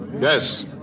Yes